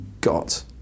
got